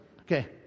Okay